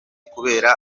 kubera